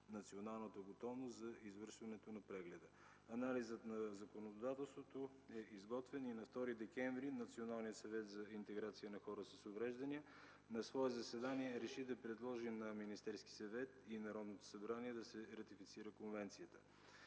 националната готовност за извършването на прегледа. Анализът на законодателството е изготвен и на 2 декември от Националния съвет за интеграция на хора с увреждане на свое заседание реши да предложи на Министерския съвет и на Народното събрание да се ратифицира Конвенцията.